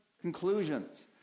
conclusions